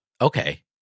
okay